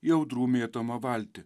į audrų mėtomą valtį